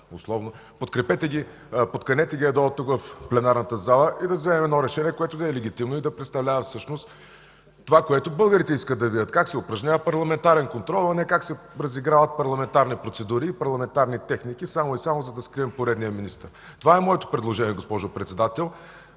условно... Подканете ги да дойдат в пленарната зала и да вземем решение, което да е легитимно и да представлява всъщност това, което българите искат да видят – как се упражнява парламентарен контрол, а не как се разиграват парламентарни процедури и парламентарни техники само и само, за да скрием поредния министър. Това е моето предложение, госпожо Председател.